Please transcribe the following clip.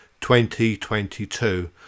2022